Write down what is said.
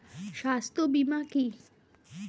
স্বাস্থ্য বীমা কি?